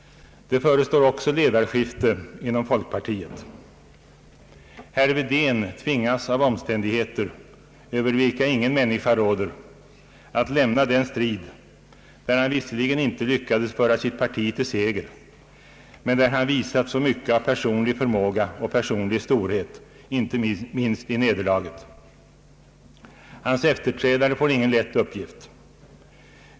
Det förestår också ledarskifte inom folkpartiet. Herr Wedén tvingas av omständigheter, över vilka ingen människa råder, att lämna den strid där han visserligen inte lyckades föra sitt parti till seger, men där han visat så mycket av personlig förmåga och personlig storhet, inte minst i nederlaget. Hans efterträdare får ingen lätt uppgift.